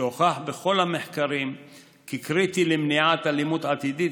שהוכח בכל המחקרים כקריטי למניעת אלימות עתידית,